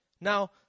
Now